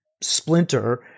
splinter